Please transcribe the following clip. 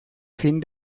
fin